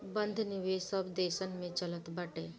बंध निवेश सब देसन में चलत बाटे